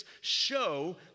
show